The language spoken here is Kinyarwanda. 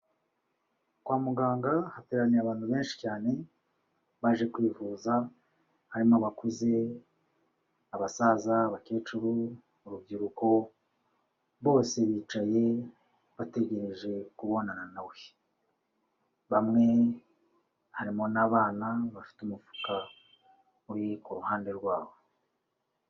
Kwa muganga hateraniye abantu benshi cyane baje kwivuza harimo abakuze, abasaza, abakecuru urubyiruko, bose bicaye bategereje kubonana na bamwe harimo n'abana bafite umufuka uri ku ruhande rwabo.